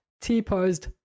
t-posed